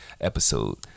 episode